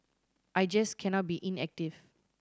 I just cannot be inactive